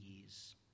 years